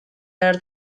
behar